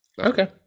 Okay